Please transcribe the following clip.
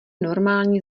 normální